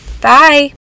Bye